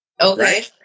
Okay